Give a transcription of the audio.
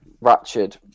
ratchet